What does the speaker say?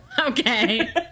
Okay